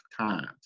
times